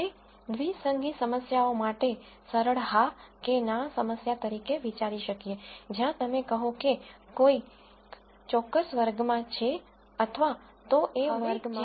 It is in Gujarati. આપણે દ્વિસંગી સમસ્યાઓ માટે સરળ હા કે ના સમસ્યા તરીકે વિચારી શકીએ જ્યાં તમે કહો કે કોઈક ચોક્કસ વર્ગ માં છે અથવા તો એ વર્ગ માં નથી